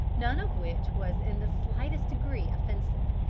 none of which was in the slightest degree offensive.